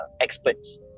experts